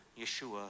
Yeshua